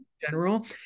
general